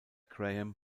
graham